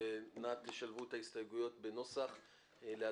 נא שלבו את ההסתייגויות בנוסח להצבעה.